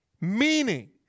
Meaning